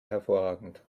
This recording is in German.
hervorragend